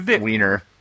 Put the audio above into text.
wiener